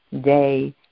day